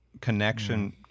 connection